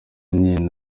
nin